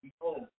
behold